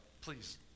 Please